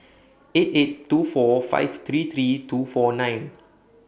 eight eight two four five three three two four nine